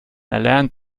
erlernt